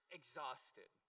exhausted